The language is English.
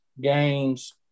games